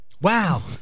Wow